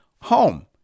home